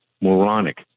moronic